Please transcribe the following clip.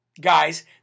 guys